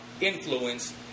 influence